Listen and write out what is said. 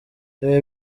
ibi